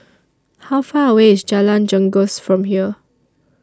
How Far away IS Jalan Janggus from here